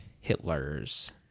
Hitler's